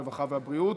הרווחה והבריאות.